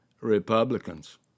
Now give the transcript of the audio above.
Republicans